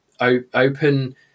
open